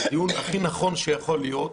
הדיון הכי נכון שיכול להיות.